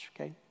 okay